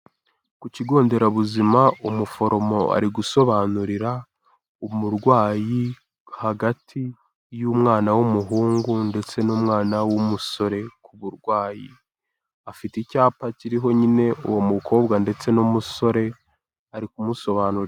Ku kigo nderabuzima umuforomo ari gusobanurira umurwayi, hagati y'umwana w'umuhungu ndetse n'umwana w'umusore uburwayi, afite icyapa kiriho nyine uwo mukobwa ndetse n'umusore ari kumusobanurira...